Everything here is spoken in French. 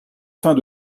fins